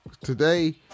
today